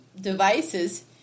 devices